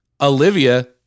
olivia